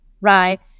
right